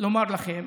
לומר לכם